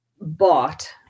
bought